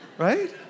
Right